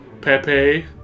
Pepe